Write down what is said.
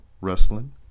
Wrestling